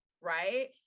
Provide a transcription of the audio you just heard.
right